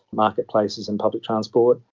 marketplaces and public transport,